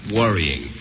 worrying